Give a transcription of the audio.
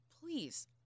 please –